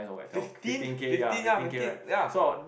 fifteen fifteen ya fifteen ya